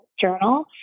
journal